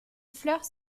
fleurs